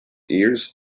years